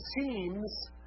seems